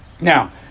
Now